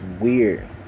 weird